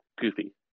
goofy